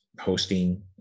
hosting